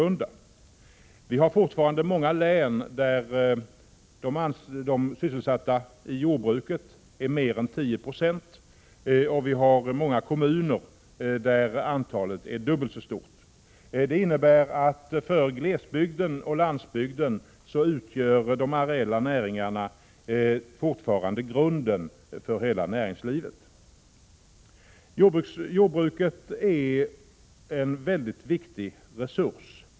I många län är fortfarande antalet personer sysselsatta i jordbruket mer än 10 90 av befolkningen, och vi har många kommuner där antalet är dubbelt så stort. Det innebär att för glesbygden och landsbygden utgör de areella näringarna fortfarande grunden för hela näringslivet. Jordbruket är en mycket viktig resurs.